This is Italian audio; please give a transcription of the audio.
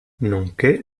nonché